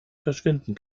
verschwinden